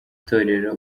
itorero